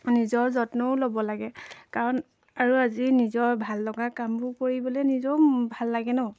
নিজৰ যত্নও ল'ব লাগে কাৰণ আৰু আজি নিজৰ ভাল লগা কামবোৰ কৰিবলৈ নিজৰো ভাল লাগে ন